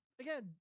again